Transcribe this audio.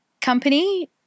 company